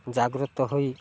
ଜାଗ୍ରତ ହୋଇ